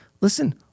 listen